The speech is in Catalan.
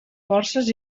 forces